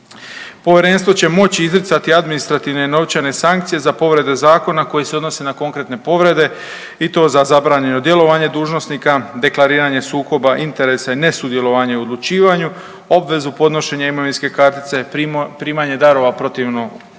Povjerenstvo će moći izricati administrativne i novčane sankcije za povrede zakona koje se odnose na konkretne povrede i to za zabranjeno djelovanje dužnosnika, deklariranje sukoba interesa i nesudjelovanje u odlučivanju, obvezu podnošenja imovinske kartice, primanje darova protivno zakonu,